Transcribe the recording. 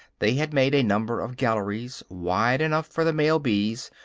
they had made a number of galleries, wide enough for the male bees,